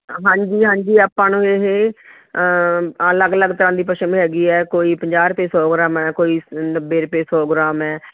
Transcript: ਹਾਂਜੀ ਹਾਂਜੀ ਆਪਾਂ ਨੂੰ ਇਹ ਅਲੱਗ ਅਲੱਗ ਤਰ੍ਹਾਂ ਦੀ ਪਛਮ ਹੈਗੀ ਹੈ ਕੋਈ ਪੰਜਾਹ ਰੁਪਏ ਸੌ ਗ੍ਰਾਮ ਹੈ ਕੋਈ ਨੱਬੇ ਰੁਪਏ ਸੌ ਗ੍ਰਾਮ ਹੈ